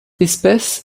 espèce